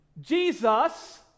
Jesus